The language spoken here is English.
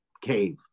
cave